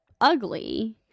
ugly